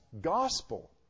gospel